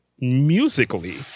musically